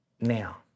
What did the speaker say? now